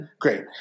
Great